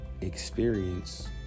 experience